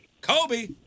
Kobe